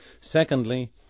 Secondly